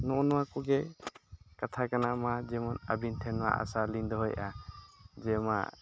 ᱱᱚᱜᱼᱚ ᱱᱚᱣᱟ ᱠᱚᱜᱮ ᱠᱟᱛᱷᱟ ᱠᱟᱱᱟ ᱢᱟ ᱡᱮᱢᱚᱱ ᱟᱹᱵᱤᱱ ᱴᱷᱮᱱ ᱱᱚᱣᱟ ᱟᱥᱟᱞᱤᱧ ᱫᱚᱦᱚᱭᱮᱫᱼᱟ ᱡᱮ ᱢᱟ